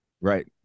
Right